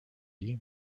you